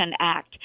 Act